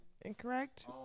incorrect